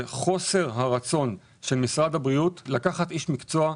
זה חוסר הרצון של משרד הבריאות לקחת איש מקצוע.